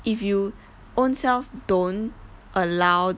if you ownself don't allow